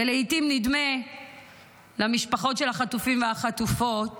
לעיתים נדמה למשפחות של החטופים והחטופות